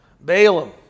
Balaam